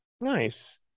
nice